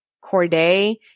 Corday